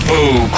Boo